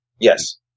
Yes